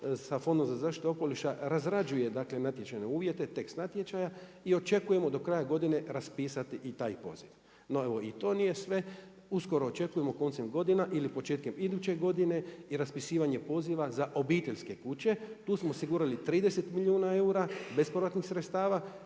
sa fondom za zaštitu okoliša razrađuje dakle natječajne uvijete, tekst natječaja i očekujemo do kraja godine raspisati i taj poziv. No evo, i to nije sve, uskoro očekujemo koncem godina ili početkom iduće godine i raspisivanje poziva za obiteljske kuće. Tu smo osigurali 30 milijuna eura, bespovratnih sredstava,